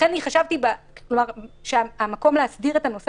לכן חשבתי שהמקום להסדיר את המדרג